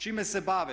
Čime se bave?